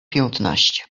piętnaście